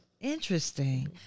Interesting